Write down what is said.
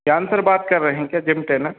चाँद सर बात कर रहे हैं क्या जिम ट्रेनर